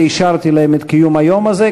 ואישרתי להם את קיום היום הזה.